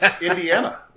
Indiana